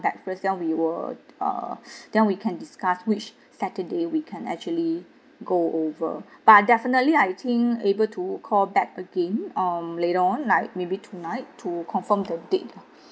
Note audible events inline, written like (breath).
back first then we will uh (breath) then we can discuss which saturday we can actually go over but definitely I think able to call back again um later on like maybe tonight to confirm the date